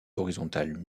horizontale